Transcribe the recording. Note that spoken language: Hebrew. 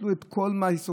ביטלו את כל עיסוקיהם